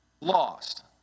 lost